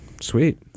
Sweet